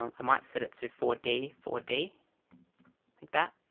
i might set it to four d four d like that,